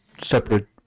separate